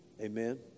Amen